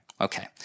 Okay